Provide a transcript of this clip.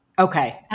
Okay